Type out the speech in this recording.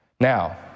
Now